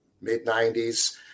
mid-90s